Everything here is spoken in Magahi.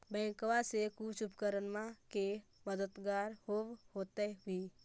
बैंकबा से कुछ उपकरणमा के मददगार होब होतै भी?